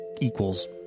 Equals